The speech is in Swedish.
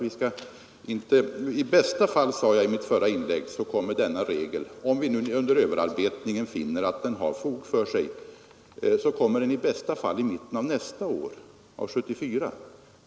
I bästa fall, sade jag i mitt förra inlägg, kommer denna regel — om vi under överarbetningen finner att den har fog för sig — i tillämpning i mitten av 1974.